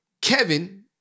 Kevin